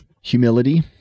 humility